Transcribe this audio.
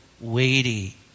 weighty